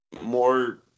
more